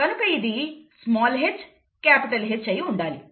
కనుక ఇది hH అయిఉండాలి